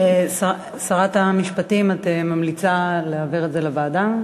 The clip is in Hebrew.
שרת המשפטים, את ממליצה להעביר את זה לוועדה?